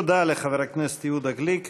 תודה לחבר הכנסת יהודה גליק.